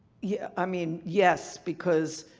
yeah i mean, yes, because.